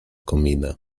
komina